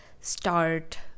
start